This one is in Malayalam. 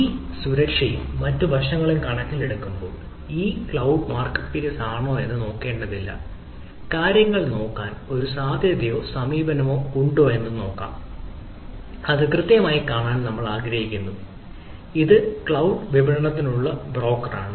ഈ സുരക്ഷയും മറ്റ് വശങ്ങളും കണക്കിലെടുക്കുമ്പോൾ ഈ ക്ലൌഡ് മാർക്കറ്റ്പ്ലെയ്സ്